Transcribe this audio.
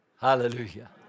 Hallelujah